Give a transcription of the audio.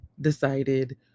decided